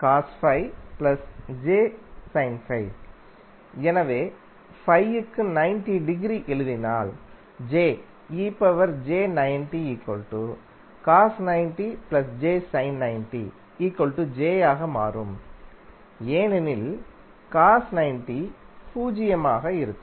எனவே 90 டிகிரி எழுதினால் j ஆக மாறும் ஏனெனில் cos 90 பூஜ்ஜியமாக இருக்கும்